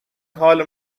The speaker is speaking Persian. حال